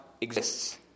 exists